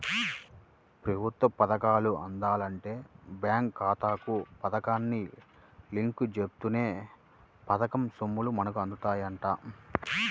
ప్రభుత్వ పథకాలు అందాలంటే బేంకు ఖాతాకు పథకాన్ని లింకు జేత్తేనే పథకం సొమ్ములు మనకు అందుతాయంట